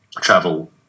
travel